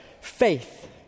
Faith